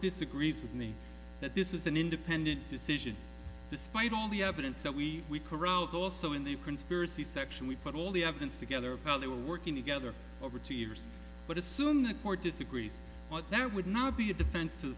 disagrees with me that this is an independent decision despite all the evidence that we we corralled also in the conspiracy section we put all the evidence together how they were working together over two years but assume the court disagrees but that would not be a defense to